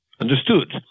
understood